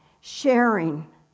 sharing